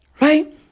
Right